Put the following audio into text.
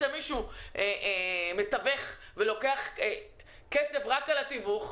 יש מישהו שהוא מתווך והוא לוקח כסף רק על התיווך,